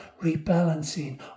rebalancing